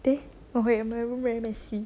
there oh wait my room very messy